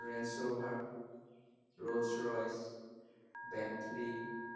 Range Rover Rolls Royce Bentley